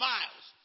Miles